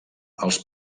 als